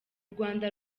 rwanda